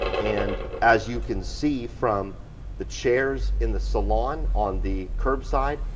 and as you can see from the chairs in the salon on the curbside,